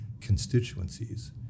constituencies